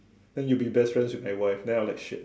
then you be best friends with my wife then I'm like shit